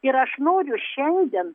ir aš noriu šiandien